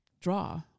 draw